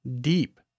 deep